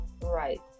Right